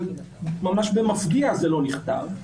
ממש במפגיע זה לא נכתב.